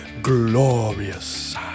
Glorious